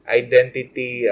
identity